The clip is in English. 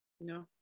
No